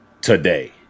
today